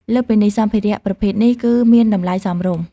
លើសពីនេះ សម្ភារៈប្រភេទនេះគឺ មានតម្លៃសមរម្យ។